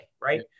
Right